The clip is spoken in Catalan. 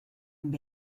amb